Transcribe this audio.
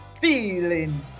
feeling